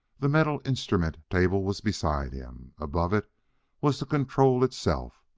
the metal instrument-table was beside him above it was the control itself,